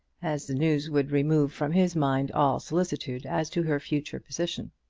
as the news would remove from his mind all solicitude as to her future position.